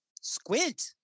Squint